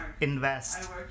invest